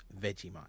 Vegemite